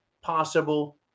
possible